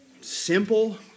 simple